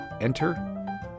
enter